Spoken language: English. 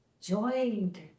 joined